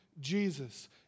Jesus